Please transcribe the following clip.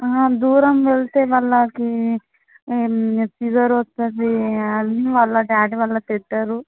దూరం వెళ్తే వాళ్ళకి ఫీవర్ వస్తుంది అని వాళ్ళ డాడీ వాళ్ళకు పెట్టరు